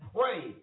pray